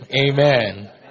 Amen